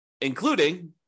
including